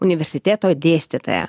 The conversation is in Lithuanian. universiteto dėstytoja